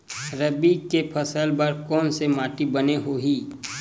रबी के फसल बर कोन से माटी बने होही?